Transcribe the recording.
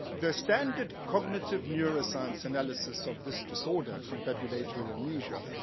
the standard cognitive neuroscience analysis of this disorder, confabulatory amnesia,